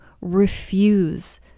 refuse